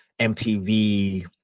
MTV